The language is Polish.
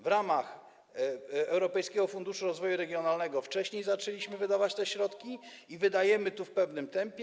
W ramach Europejskiego Funduszu Rozwoju Regionalnego wcześniej zaczęliśmy wydawać te środki i wydajemy je w pewnym tempie.